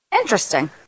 Interesting